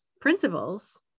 principles